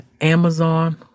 Amazon